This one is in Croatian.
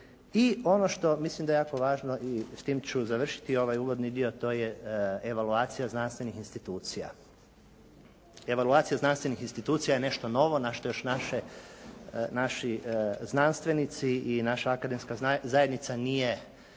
I ono što mislim da je jako važno i s tim ću završiti ovaj uvodni dio. To je evaluacija znanstvenih institucija. Evaluacija znanstvenih institucija je nešto novo na što još naše, naši znanstvenici i naša akademska zajednica nije